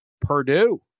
Purdue